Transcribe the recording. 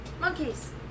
monkeys